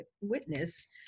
witness